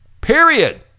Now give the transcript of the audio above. Period